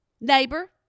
neighbor